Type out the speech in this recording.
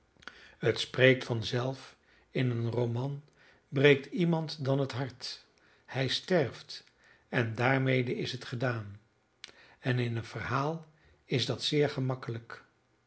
het spreekt vanzelf in een roman breekt iemand dan het hart hij sterft en daarmede is het gedaan en in een verhaal is dat zeer gemakkelijk